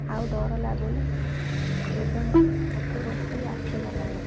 ଆଉ ଡର ଲାଗୁନି ଏବେ ମତେ ସବୁ ରୋଷେଇ ଆସିଗଲାଣି